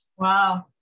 Wow